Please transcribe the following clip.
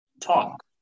talk